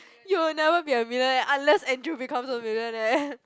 you'll never be a millionaire unless Andrew becomes a millionaire